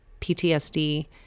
PTSD